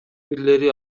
бирлери